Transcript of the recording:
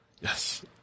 Yes